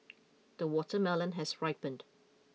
the watermelon has ripened